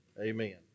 Amen